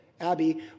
Abby